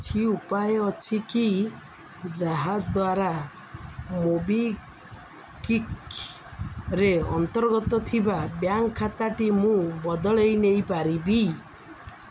କିଛି ଉପାୟ ଅଛି କି ଯାହାଦ୍ୱାରା ମୋବିକ୍ଵିକରେ ଅନ୍ତର୍ଗତ ଥିବା ବ୍ୟା ଖାତାଟି ମୁଁ ବଦଳାଇ ନେଇ ପାରିବି